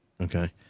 Okay